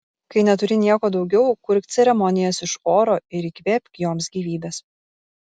kai neturi nieko daugiau kurk ceremonijas iš oro ir įkvėpk joms gyvybės